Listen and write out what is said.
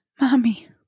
Mommy